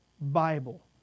Bible